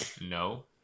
No